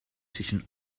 zwischen